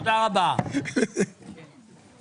13:30.